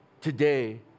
today